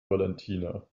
valentina